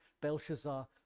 Belshazzar